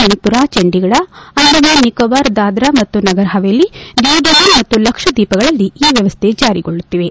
ಮಣಿಪುರ್ ಚಂಡಿಗಡ ಅಂಡಮಾನ್ ನಿಕೋಬಾರ್ ದಾದ್ರ ಮತ್ತು ನಾಗರ್ಹವೇಲಿ ಡಯು ಡಮಾನ್ ಮತ್ತು ಲಕ್ಷದ್ವೀಪಗಳಲ್ಲಿ ಈ ವ್ಯವಸ್ಥೆ ಜಾರಿಗೊಳ್ಳುತ್ತಿವೆ